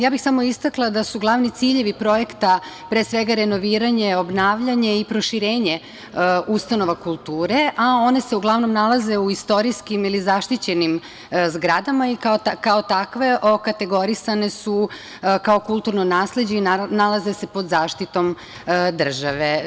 Ja bih samo istakla da su glavni ciljevi projekta pre svega renoviranje, obnavljanje i proširenje ustanova kulture, a one se uglavnom nalaze u istorijskim ili zaštićenim zgradama i kao takve okategorisane su kao kulturno nasleđe i nalaze pod zaštitom države.